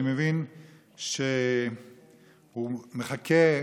אני מבין שהוא מחכה,